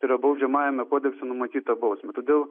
tai yra baudžiamajame kodekse numatytą bausmę todėl